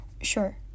Sure